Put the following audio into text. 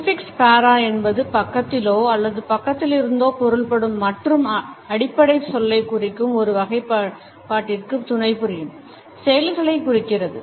Prefix para என்பது பக்கத்திலோ அல்லது பக்கத்திலிருந்தோ பொருள்படும் மற்றும் அடிப்படை சொல்லைக் குறிக்கும் ஒரு வகைப்பாட்டிற்கு துணைபுரியும் செயல்களை குறிக்கிறது